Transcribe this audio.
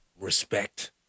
respect